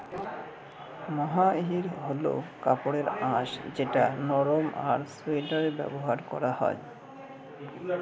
মহাইর হল কাপড়ের আঁশ যেটা নরম আর সোয়াটারে ব্যবহার করা হয়